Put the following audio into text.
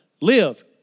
live